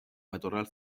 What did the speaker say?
matorral